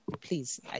Please